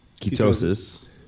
ketosis